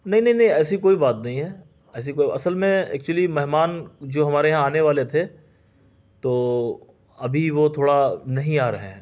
نہیں نہیں نہیں ایسی کوئی بات نہیں ہے ایسی کوئی اصل میں ایکچولی مہمان جو ہمارے یہاں آنے والے تھے تو ابھی وہ تھوڑا نہیں آ رہے ہیں